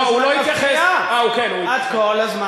או שיתייחס, די, מספיק כבר.